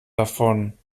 davon